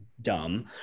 dumb